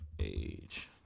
age